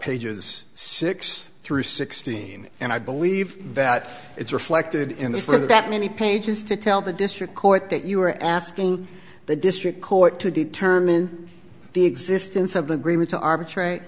pages six through sixteen and i believe that it's reflected in the for that many pages to tell the district court that you are asking the district court to determine the existence of the agreement to arbitra